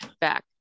back